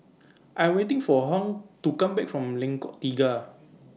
I waiting For Hung to Come Back from Lengkok Tiga